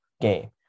game